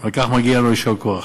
ועל כך מגיע לו יישר כוח.